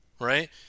right